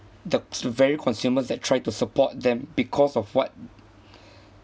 the very consumers that tried to support them because of what